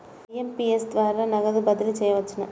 IMPS ద్వారా త్వరగా నగదు బదిలీ చేయవచ్చునా?